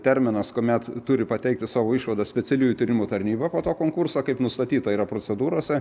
terminas kuomet turi pateikti savo išvadas specialiųjų tyrimų tarnyba po to konkurso kaip nustatyta yra procedūrose